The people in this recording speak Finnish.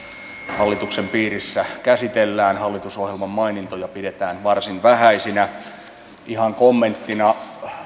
hallituksen piirissä käsitellään hallitusohjelman mainintoja pidetään varsin vähäisinä ihan kommenttina